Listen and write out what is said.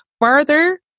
further